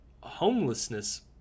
homelessness